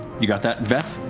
you got that? veth,